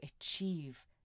achieve